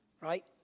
Right